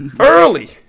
early